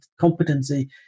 competency